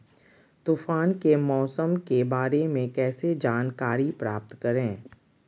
तूफान के मौसम के बारे में कैसे जानकारी प्राप्त करें?